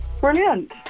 Brilliant